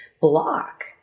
block